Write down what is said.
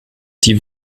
die